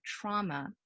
trauma